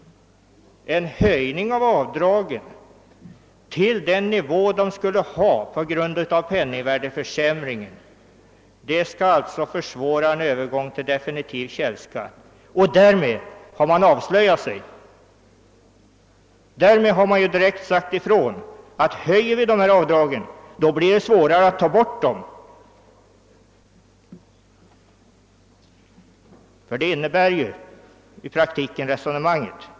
En höjning av avdraget till den nivå det skulle ha med hänsyn till penningvärdeförsämringen skulle alltså försvåra en övergång till definitiv källskatt. Därmed har man avslöjat sig, ty man har då direkt sagt ifrån att en höjning av avdragen medför att det blir svårare att ta bort dem. Resonemanget innebär ju i själva verket detta.